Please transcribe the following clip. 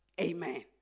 Amen